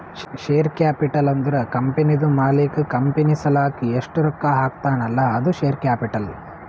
share capital ಅಂದುರ್ ಕಂಪನಿದು ಮಾಲೀಕ್ ಕಂಪನಿ ಸಲಾಕ್ ಎಸ್ಟ್ ರೊಕ್ಕಾ ಹಾಕ್ತಾನ್ ಅಲ್ಲಾ ಅದು ಶೇರ್ ಕ್ಯಾಪಿಟಲ್